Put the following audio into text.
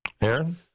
Aaron